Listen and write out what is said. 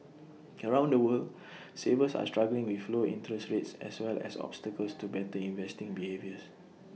around the world savers are struggling with low interest rates as well as obstacles to better investing behaviours